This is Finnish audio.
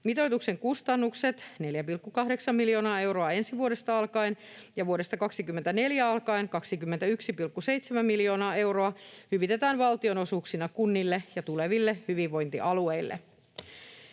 Mitoituksen kustannukset, 4,8 miljoonaa euroa ensi vuodesta alkaen ja vuodesta 2024 alkaen 21,7 miljoonaa euroa, hyvitetään valtionosuuksina kunnille ja tuleville hyvinvointialueille.